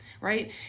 right